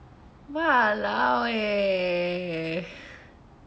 !walao! eh